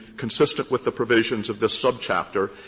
consistent with the provisions of this subchapter,